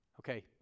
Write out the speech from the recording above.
Okay